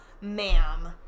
ma'am